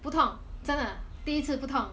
不痛真的第一次不痛